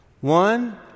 one